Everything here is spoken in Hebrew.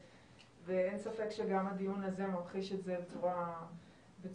ואין ספק שגם הדיון הזה ממחיש את זה בצורה ברורה.